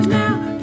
now